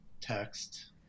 text